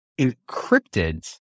encrypted